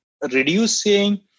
reducing